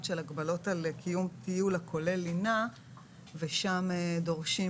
של הגבלות על קיום טיול הכולל לינה ושם דורשים